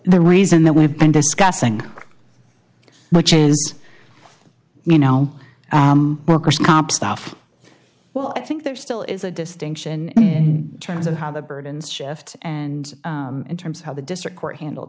reason that we've been discussing which is you know worker's comp stuff well i think there still is a distinction in terms of how the burdens shift and in terms of how the district court handled